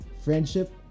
friendship